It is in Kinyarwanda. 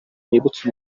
nibutse